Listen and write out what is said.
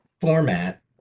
format